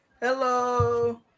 Hello